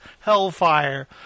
Hellfire